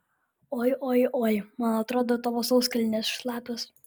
oi oi oi man atrodo tavo sauskelnės šlapios